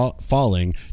falling